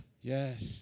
Yes